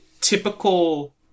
typical